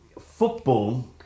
football